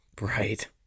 Right